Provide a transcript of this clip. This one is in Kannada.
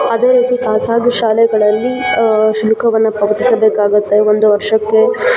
ಅದೆ ರೀತಿ ಖಾಸಗಿ ಶಾಲೆಗಳಲ್ಲಿ ಶುಲ್ಕವನ್ನು ಪಾವತಿಸಬೇಕಾಗುತ್ತೆ ಒಂದು ವರ್ಷಕ್ಕೆ